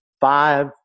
five